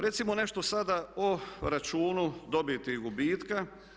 Recimo nešto sada o računu dobiti i gubitka.